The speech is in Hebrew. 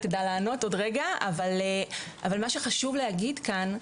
מה שחשוב להגיד כאן,